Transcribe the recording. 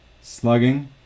slugging